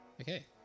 Okay